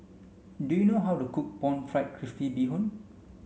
do you know how to cook pan fried crispy bee hoon